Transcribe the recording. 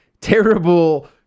terrible